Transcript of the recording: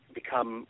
become